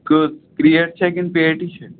کٔژ کرٛیٹ چھا کِنہٕ پیٹہِ چھِ